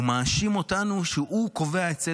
הוא מאשים אותנו שהוא קובע את סדר-היום,